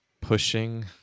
pushing